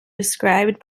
described